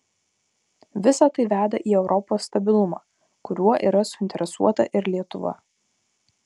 visa tai veda į europos stabilumą kuriuo yra suinteresuota ir lietuva